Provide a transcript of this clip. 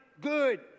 good